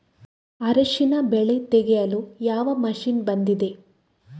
ಅರಿಶಿನ ಬೆಳೆ ತೆಗೆಯಲು ಯಾವ ಮಷೀನ್ ಬಂದಿದೆ?